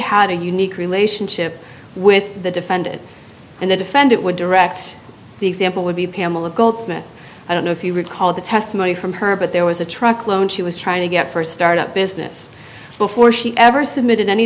had a unique relationship with the defendant and the defendant would direct the example would be pamela goldsmith i don't know if you recall the testimony from her but there was a truck loan she was trying to get for start up business before she ever submitted any